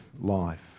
life